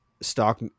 stock